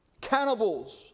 cannibals